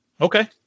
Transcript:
Okay